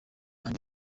and